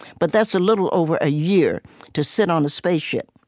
but that's a little over a year to sit on a spaceship.